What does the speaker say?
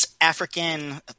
African